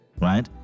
right